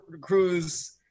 cruz